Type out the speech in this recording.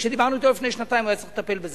כשדיברנו אתו לפני שנתיים, הוא היה צריך לטפל בזה.